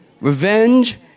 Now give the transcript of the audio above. Revenge